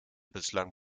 bislang